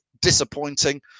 disappointing